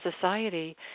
society